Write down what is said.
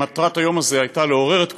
מטרת היום הזה הייתה לעורר את כולנו.